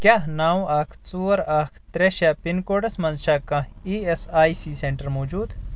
کیٛاہ نو اکھ ژور اکھ ترٛےٚ شیٚے پِن کوڈس منٛز چھا کانٛہہ E S I C centre موجوٗد؟